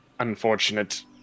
Unfortunate